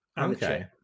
Okay